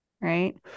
Right